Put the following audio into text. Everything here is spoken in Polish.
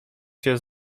się